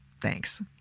Thanks